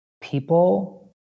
people